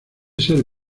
ser